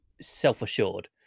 self-assured